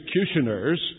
executioners